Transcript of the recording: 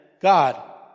God